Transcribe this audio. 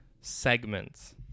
Segments